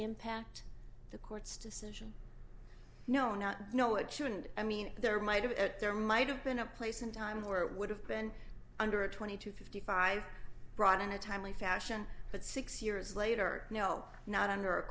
impact the court's decision no not no it shouldn't i mean there might have at there might have been a place in time where it would have been under a twenty two fifty five brought in a timely fashion but six years later no not under a